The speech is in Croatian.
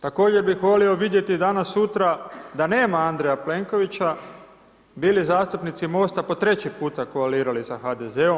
Također bih volio vidjeti danas, sutra, da nema Andreja Plenkovića, bi li zastupnici MOST-a po treći puta koalirali sa HDZ-om?